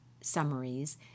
summaries